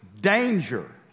danger